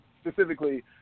specifically